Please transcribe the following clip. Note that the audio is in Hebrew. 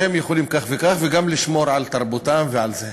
שהם יכולים כך וכך וגם לשמור על תרבותם ועל זה.